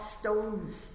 stones